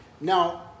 Now